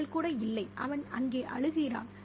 அவள் கூட இல்லை அவன் அங்கே அழுகிறான்